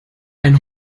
ein